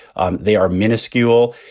um they are minuscule.